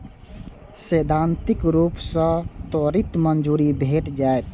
सैद्धांतिक रूप सं त्वरित मंजूरी भेट जायत